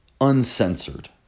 uncensored